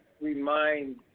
remind